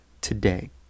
today